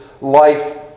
life